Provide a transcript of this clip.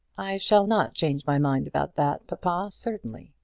i shall not change my mind about that, papa, certainly,